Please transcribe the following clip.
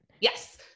Yes